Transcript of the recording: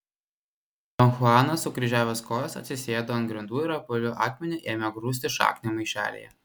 don chuanas sukryžiavęs kojas atsisėdo ant grindų ir apvaliu akmeniu ėmė grūsti šaknį maišelyje